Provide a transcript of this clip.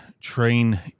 train